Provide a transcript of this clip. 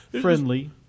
Friendly